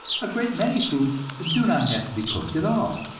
a great many foods do not have to be cooked at all,